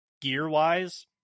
gear-wise